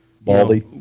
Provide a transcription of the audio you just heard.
baldy